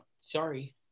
Sorry